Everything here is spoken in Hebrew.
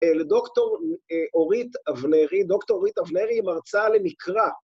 לדוקטור אורית אבנרי, דוקטור אורית אבנרי מרצה למקרא.